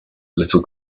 little